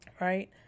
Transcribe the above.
right